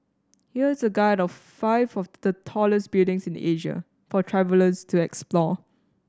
here is a guide of five of the tallest buildings in Asia for travellers to explore